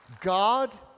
God